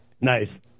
Nice